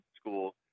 school